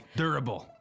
durable